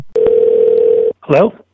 hello